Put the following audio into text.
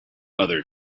other